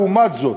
לעומת זאת,